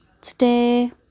Today